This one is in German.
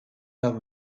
habe